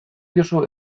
diozu